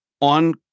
on